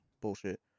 bullshit